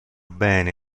bene